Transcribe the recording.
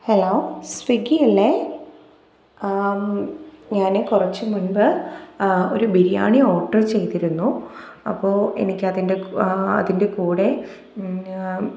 hello Swiggy അല്ലേ ഞാൻ കുറച്ച് മുന്പ് ഒരു ബിരിയാണി ഓര്ഡര് ചെയ്തിരുന്നു അപ്പോൾ എനിക്കതിന്റെ ആ അതിന്റെ കൂടെ